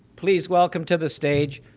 please welcome to the stage,